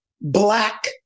Black